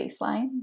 baseline